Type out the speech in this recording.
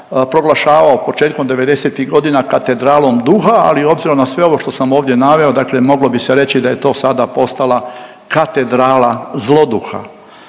proglašavao početkom 90-ih godina katedralom duha, ali obzirom na sve ovo što sam ovdje naveo dakle moglo bi se reći da je to sada postala katedrala zloduha.